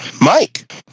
Mike